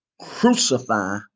crucify